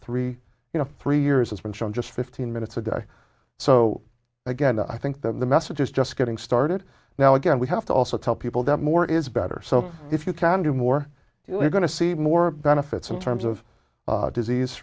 know three years has been shown just fifteen minutes a day so again i think that the message is just getting started now again we have to also tell people that more is better so if you can do more you're going to see more benefits in terms of disease